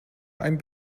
ein